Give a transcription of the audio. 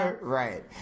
Right